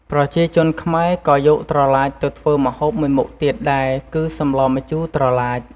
ប្រជាជនខ្មែរក៏យកត្រឡាចទៅធ្វើម្ហូបមួយមុខទៀតដែរ គឺសម្លម្ជូរត្រឡាច។